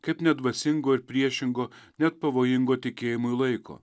kaip nedvasingo ir priešingo net pavojingo tikėjimui laiko